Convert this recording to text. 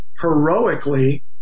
heroically